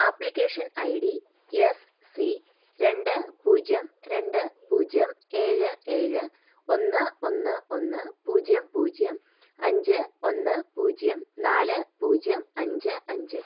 application I D S C രണ്ട് പൂജ്യം രണ്ട് പൂജ്യം ഏഴ് ഏഴ് ഒന്ന് ഒന്ന് ഒന്ന് പൂജ്യം പൂജ്യം അഞ്ച് ഒന്ന് പൂജ്യം നാല് പൂജ്യം അഞ്ച് അഞ്ച്